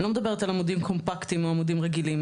אני לא מדברת על עמודים קומפקטיים או עמודים רגילים,